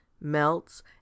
melts